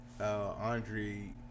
Andre